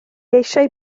eisiau